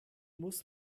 muss